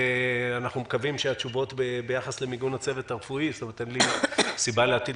אנחנו מקווים שהתשובות ביחס למיגון הצוות הרפואי אין לי סיבה להטיל